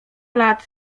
lat